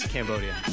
Cambodia